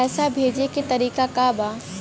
पैसा भेजे के तरीका का बा?